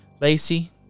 Lacey